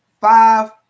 five